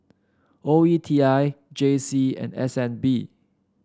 O E T I J C and S N B